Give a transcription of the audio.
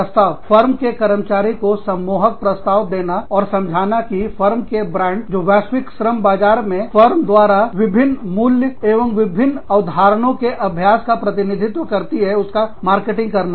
प्रस्ताव फॉर्म के कर्मचारियों को सम्मोहक मूल्य प्रस्ताव देना और समझना और फॉर्म के ब्रांड जो वैश्विक श्रम बाजार में फर्म द्वारा विभिन्न मूल्य एवं विभिन्न अवधारणाओं के अभ्यास का प्रतिनिधित्व करती है उसका मार्केटिंग करना